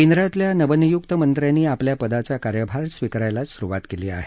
केंद्रातल्या नवनियुक्त मंत्र्यांनी आपल्या पदाचा कार्यभार स्वीकारायला सुरुवात केली आहे